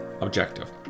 objective